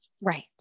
Right